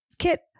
Kit